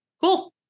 cool